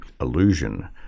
illusion